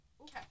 Okay